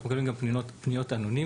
אנחנו מקבלים גם פניות אנונימיות.